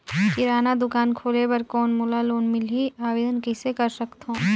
किराना दुकान खोले बर कौन मोला लोन मिलही? आवेदन कइसे कर सकथव?